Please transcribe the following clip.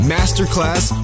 Masterclass